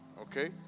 Okay